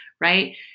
right